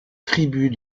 tribut